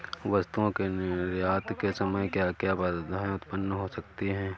वस्तुओं के निर्यात के समय क्या क्या बाधाएं उत्पन्न हो सकती हैं?